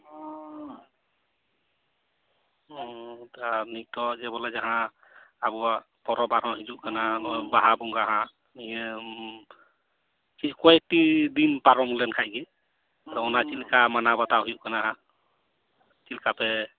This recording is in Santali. ᱦᱩᱸᱻ ᱟᱨ ᱱᱤᱛᱳᱜ ᱡᱮ ᱵᱚᱞᱮ ᱡᱟᱦᱟᱸ ᱟᱵᱚᱣᱟᱜ ᱯᱚᱨᱚᱵ ᱟᱨᱚᱦᱚᱸ ᱦᱤᱡᱩᱜ ᱠᱟᱱᱟ ᱱᱚᱜᱼᱚᱭ ᱵᱟᱦᱟ ᱵᱟᱚᱸᱜᱟ ᱦᱟᱸᱜ ᱱᱤᱭᱟᱹ ᱵᱮᱥ ᱠᱚᱭᱮᱠᱴᱤ ᱫᱤᱱ ᱯᱟᱨᱚᱢ ᱞᱮᱱᱠᱷᱟᱱ ᱜᱮ ᱛᱚ ᱚᱱᱟ ᱪᱮᱫᱞᱮᱠᱟ ᱢᱟᱱᱟᱣ ᱵᱟᱛᱟᱣ ᱦᱩᱭᱩᱜ ᱠᱟᱱᱟ ᱦᱟᱸᱜ ᱪᱮᱫᱞᱮᱠᱟ ᱯᱮ